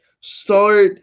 start